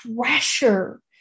pressure